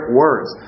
words